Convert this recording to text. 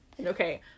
Okay